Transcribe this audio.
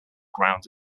ground